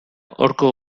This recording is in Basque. horko